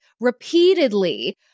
repeatedly